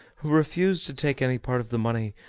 who refused to take any part of the money,